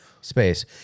space